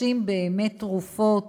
שבאמת רוכשים תרופות